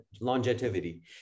longevity